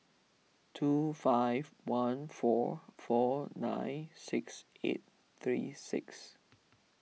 two five one four four nine six eight three six